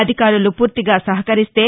అధికారులు పూర్తిగా సహకరిస్తే